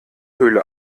höhle